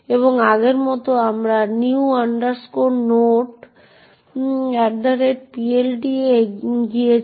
এবং আগের মতই আমরা new nodePLT এ গিয়েছি